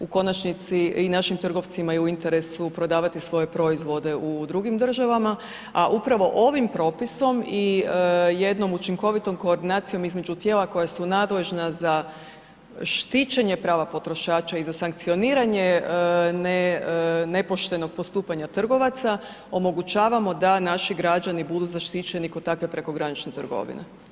U konačnici i našim trgovcima je u interesu prodavati svoje proizvode u drugim državama, a upravo ovim propisom i jednom učinkovitom koordinacijom između tijela koja su nadležna za štićenje prava potrošača i za sankcioniranje nepoštenog postupanja trgovaca omogućavamo da naši građani budu zaštićeni kod takve prekogranične trgovine.